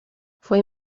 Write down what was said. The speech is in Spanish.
fue